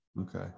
Okay